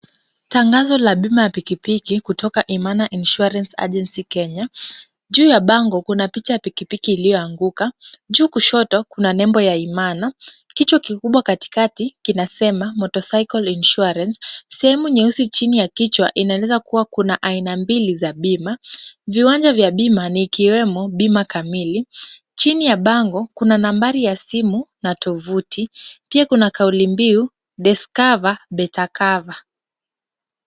Tangazo la bima ya pikipiki kutoka Imana Insurance Agency Kenya. Juu ya bango kuna picha ya pikipiki iliyoanguka. Juu kushoto kuna nembo ya Imana. Kichwa kikubwa katikati kinasema Motorcycle Insurance . Sehemu nyeusi chini ya kichwa inaeleza kuwa kuna aina mbili za bima. Viwanja vya bima ni ikiwemo bima kamili. Chini ya bango kuna nambari ya simu na tovuti. Pia kuna kauli mbiu, discover, better cover .